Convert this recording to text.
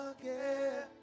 again